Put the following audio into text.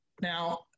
Now